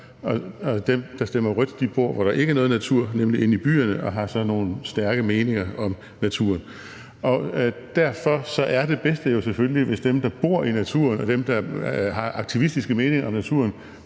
og dem, der stemmer rødt, bor, hvor der ikke er noget natur, nemlig inde i byerne, og har så nogle stærke meninger om naturen. Derfor er det bedste jo selvfølgelig, hvis dem, der bor i naturen, og dem, der har aktivistiske meninger om naturen,